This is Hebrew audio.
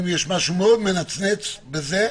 אם יש משהו מאוד מנצנץ בזה,